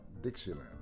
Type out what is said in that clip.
Dixieland